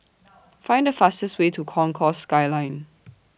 Find The fastest Way to Concourse Skyline